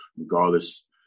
regardless